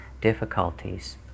difficulties